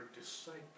disciple